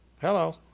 Hello